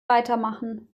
weitermachen